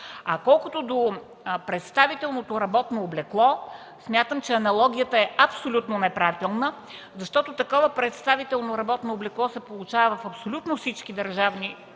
Колкото до представителното работно облекло, смятам, че аналогията е абсолютно неправилна, защото такова представително работно облекло се получава в абсолютно всички държавни